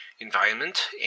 Environment